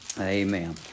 amen